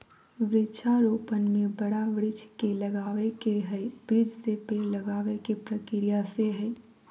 वृक्षा रोपण में बड़ा वृक्ष के लगावे के हई, बीज से पेड़ लगावे के प्रक्रिया से हई